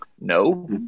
no